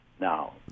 Now